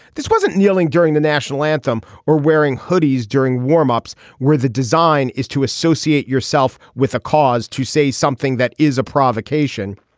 this wasn't kneeling during the national anthem or wearing hoodies during warmups where the design is to associate yourself with a cause to say something that is a provocation.